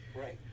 Right